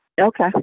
Okay